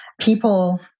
People